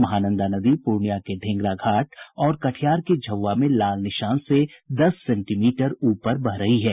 महानंदा नदी पूर्णिया के ढेंगरा घाट और कटिहार के झौवा में लाल निशान से दस सेंटीमीटर ऊपर बह रही है